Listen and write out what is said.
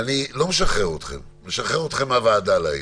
אני משחרר אתכם מהוועדה להיום.